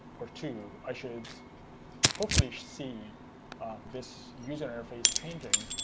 or two, i should hopefully see this user interface changing,